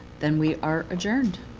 then we are adjourned.